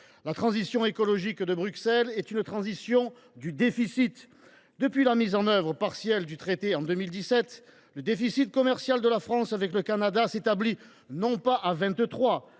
La transition écologique de Bruxelles est une transition du déficit. Depuis la mise en œuvre partielle du traité en 2017, le déficit commercial de la France avec le Canada s’établit non pas à 23